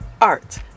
art